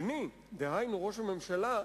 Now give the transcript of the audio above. בני, דהיינו ראש הממשלה,